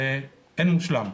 ואין מושלם.